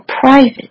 private